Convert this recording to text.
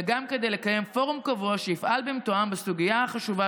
וגם כדי לקיים פורום קבוע שיפעל במתואם בסוגיה החשובה